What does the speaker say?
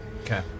Okay